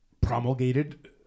promulgated